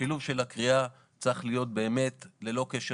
השילוב של הקריאה צריך להיות באמת ללא קשר